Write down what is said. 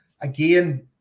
again